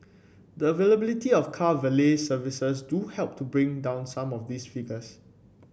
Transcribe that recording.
the availability of car valet services do help to bring down some of these figures